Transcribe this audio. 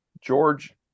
George